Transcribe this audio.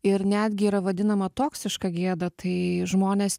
ir netgi yra vadinama toksiška gėda tai žmonės